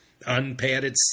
unpadded